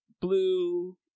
Blue